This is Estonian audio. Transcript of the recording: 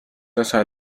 osa